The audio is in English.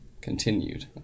Continued